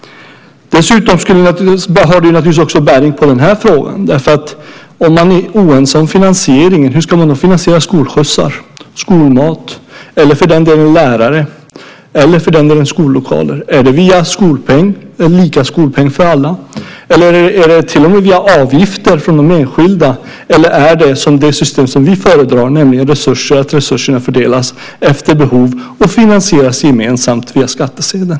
Det har naturligtvis också bäring på den här frågan. Om man är oense om finansieringen, hur ska man då finansiera skolskjutsar, skolmat, lärare eller lokaler? Är det via lika skolpeng för alla? Är det till och med via avgifter från de enskilda, eller är det som det system som vi föredrar, nämligen att resurserna fördelas efter behov och finansieras gemensamt via skattsedeln?